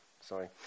sorry